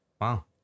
Wow